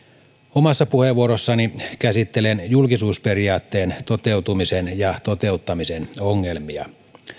omassa puheenvuorossani käsittelen julkisuusperiaatteen toteutumisen ja toteuttamisen ongelmia